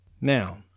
Now